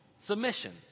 submission